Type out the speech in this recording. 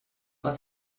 pas